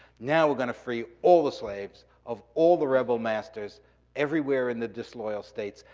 now, we're gonna free all the slaves of all the rebel masters everywhere in the disloyal states.